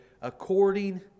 according